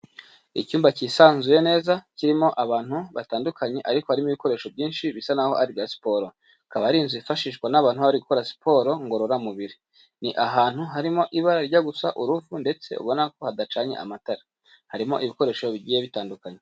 Icyumba cyisanzuye neza kirimo abantu batandukanye ariko harimo ibikoresho byinshi bisa n'aho ari ibya siporo, ikaba ari inzu yifashishwa n'abantu bari gukora siporo ngororamubiri. Ni ahantu harimo ibara rijya gusa uruvu ndetse ubona ko hadacanye amatara, harimo ibikoresho bigiye bitandukanye.